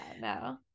No